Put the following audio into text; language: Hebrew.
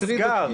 נסגר.